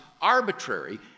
arbitrary